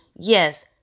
Yes